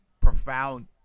profound